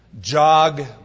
jog